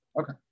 Okay